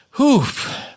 Oof